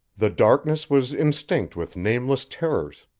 the darkness was instinct with nameless terrors.